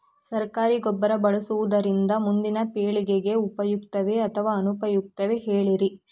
ಸರಕಾರಿ ಗೊಬ್ಬರ ಬಳಸುವುದರಿಂದ ಮುಂದಿನ ಪೇಳಿಗೆಗೆ ಉಪಯುಕ್ತವೇ ಅಥವಾ ಅನುಪಯುಕ್ತವೇ ಹೇಳಿರಿ